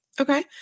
Okay